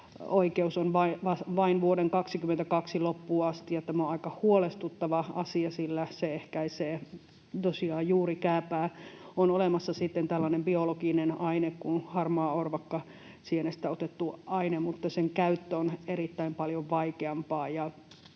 käyttöoikeus on vain vuoden 22 loppuun asti, ja tämä on aika huolestuttava asia, sillä se ehkäisee tosiaan juurikääpää. On olemassa sitten tällainen biologinen aine kuin harmaaorvakkasienestä otettu aine, mutta sen käyttö on erittäin paljon vaikeampaa.